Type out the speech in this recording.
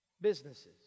businesses